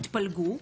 יתפלגו.